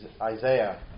Isaiah